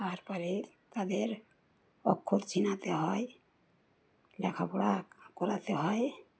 তারপরে তাদের অক্ষর ছিনাতে হয় লেখাপড়া করাতে হয়